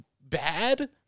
bad